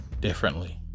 differently